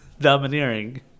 Domineering